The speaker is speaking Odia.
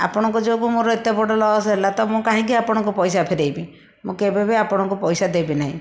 ଆପଣଙ୍କ ଯୋଗୁଁ ମୋର ଏତେ ବଡ଼ ଲସ ହେଲା ତ ମୁଁ କାହିଁକି ଆପଣଙ୍କୁ ପଇସା ଫେରାଇବି ମୁଁ କେବେବି ଆପଣଙ୍କୁ ପଇସା ଦେବି ନାହିଁ